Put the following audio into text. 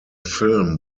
film